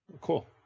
cool